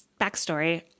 backstory